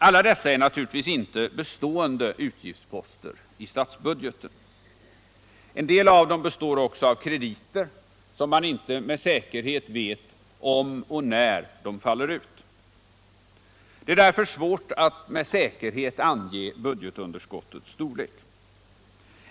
Alla dessa är naturligtvis inte bestående utgiftsposter istatsbudgeten. En del av dem består också av krediter som man inte med säkerhet vet om och när de faller ut. Det är därför svårt att med säkerhet ange budgetunderskottets storlek.